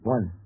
One